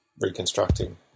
reconstructing